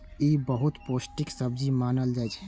ई बहुत पौष्टिक सब्जी मानल जाइ छै